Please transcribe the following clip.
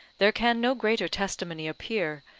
there can no greater testimony appear,